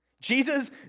Jesus